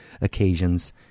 occasions